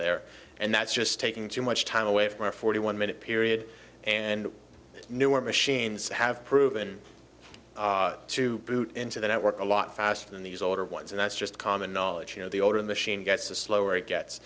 there and that's just taking too much time away from a forty one minute period and newer machines have proven to boot into the network a lot faster than these older ones and that's just common knowledge you know the older in the sheen gets the slower it gets